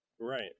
Right